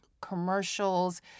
commercials